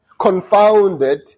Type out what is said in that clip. confounded